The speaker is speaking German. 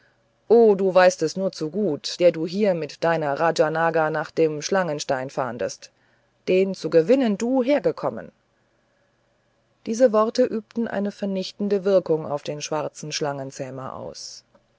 o du weißt es nur zu gut der du hier mit deiner rajanaga nach dem schlangenstein fahndest den zu gewinnen bist du hergekommen diese worte übten eine vernichtende wirkung auf den schwarzen schlangenzähmer aus